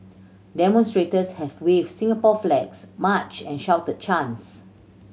demonstrators had waved Singapore flags marched and shouted chants